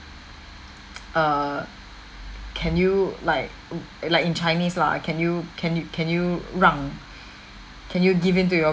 err can you like like in chinese lah can you can you can you 让 can you give in to your